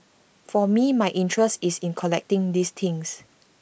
for me my interest is in collecting these things